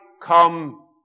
come